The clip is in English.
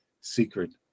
secret